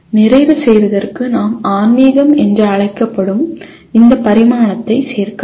நிறைவு செய்வதற்கு நாம் ஆன்மீகம் என்று அழைக்கப்படும் இந்த பரிமாணத்தை சேர்க்கலாம்